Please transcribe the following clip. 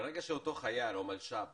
ברגע שאותו חייל או מלש"ב